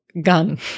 gun